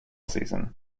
season